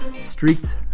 streaked